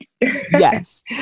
Yes